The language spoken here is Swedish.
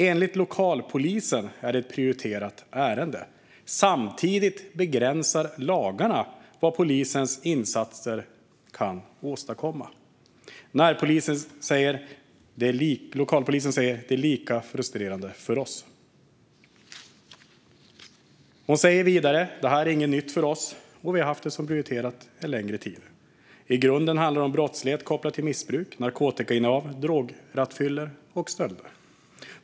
Enligt lokalpolisen är det ett prioriterat ärende, men samtidigt begränsar lagarna vad polisens insatser kan åstadkomma. Lokalpolisen säger att det är lika frustrerande för dem. Den person som uttalar sig säger vidare att detta inte är något nytt för dem och att de har haft det som något prioriterat under en längre tid. I grunden handlar det om brottslighet kopplad till missbruk, narkotikainnehav, drograttfyllor och stölder.